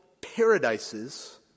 paradises